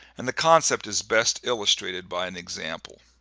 and the concept is best illustrated by an example.